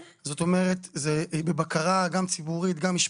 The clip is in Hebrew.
זה בבקרה גם ציבורית וגם משפטית.